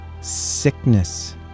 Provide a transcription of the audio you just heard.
sickness